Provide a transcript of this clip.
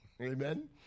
Amen